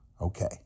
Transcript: Okay